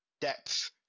depth